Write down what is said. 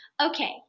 Okay